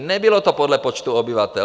Nebylo to podle počtu obyvatel.